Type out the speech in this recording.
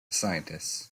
scientists